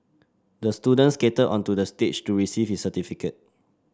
the student skated onto the stage to receive his certificate